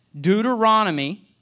Deuteronomy